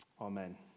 Amen